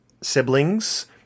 siblings